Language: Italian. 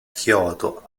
kyoto